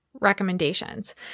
recommendations